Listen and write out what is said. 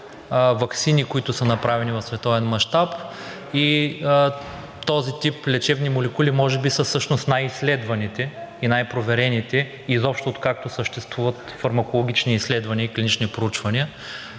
ваксини, които са направени в световен мащаб. Този тип лечебни молекули може би са всъщност най изследваните и най-проверените изобщо откакто съществуват фармакологични изследвания и клинични проучвания.